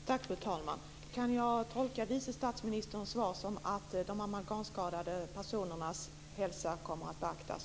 Fru talman! Kan jag tolka vice statsministerns svar som att de amalgamskadade personernas hälsa kommer att beaktas?